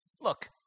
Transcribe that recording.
Look